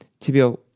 tibial